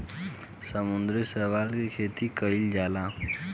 समुद्री शैवाल के खेती कईल जाला